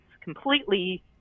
completely